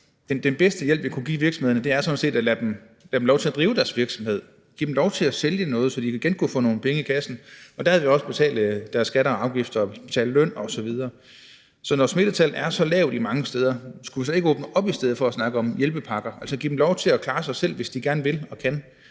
Den bedste hjælp, vi kunne give virksomhederne, er sådan set at lade dem få lov til at drive deres virksomhed, altså give dem lov til at sælge noget, så de igen kunne få nogle penge i kassen, så de derved også kunne betale deres skatter og afgifter og betale løn osv. Så når smittetallet er så lavt mange steder, skulle vi så ikke åbne op i stedet for at snakke om hjælpepakker, altså give dem lov til at klare sig selv, hvis de gerne vil og kan?